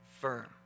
firm